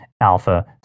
alpha